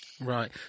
Right